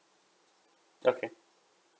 okay